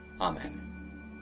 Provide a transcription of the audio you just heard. Amen